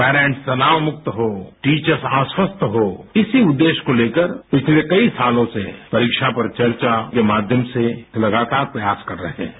parents तनाव मुक्त हों टीचर्स आश्वस्त हों इसी उदेश्य को लेकर पिछले कई सालों से परीक्षा पर चर्चा के माध्यम से लगातार प्रयास कर रहे हैं